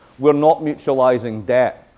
we're not mutualizing debt,